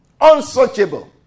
unsearchable